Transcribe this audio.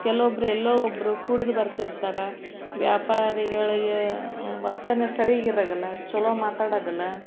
ಕೆಲ್ವೊಬ್ರು ಎಲ್ಲೋ ಒಬ್ಬರು ಕುಡುದು ಬರ್ತಿರ್ತಾರೆ ವ್ಯಾಪಾರಿಗಳಿಗೆ ವರ್ತನೆ ಸರಿಗಿರಗಿಲ್ಲ ಛಲೋ ಮಾತಾಡೋದಿಲ್ಲ